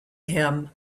him